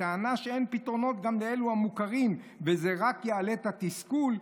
בטענה שאין פתרונות גם לאלו המוכרים וזה רק יעלה את התסכול,